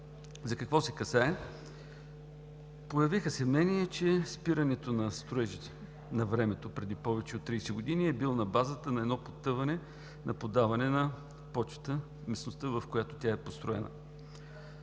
За какво се касае? Появиха се мнения, че спирането на строежа навремето, преди повече от 30 години, е било на базата на едно потъване, на поддаване на почвата в местността, в която тя е построена.